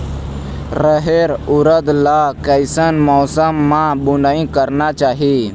रहेर उरद ला कैसन मौसम मा बुनई करना चाही?